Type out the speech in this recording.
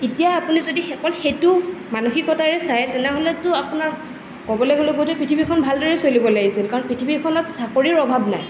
এতিয়া আপুনি যদি অকল সেইটো মানসিকতাৰে চায় তেনেহ'লেটো আপোনাৰ ক'বলৈ গ'লে গোটেই পৃথিৱীখন ভাল দৰেই চলিব লাগিছিল কাৰণ পৃথিৱীখনত চাকৰিৰ অভাৱ নাই